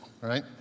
right